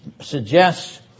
suggests